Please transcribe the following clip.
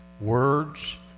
Words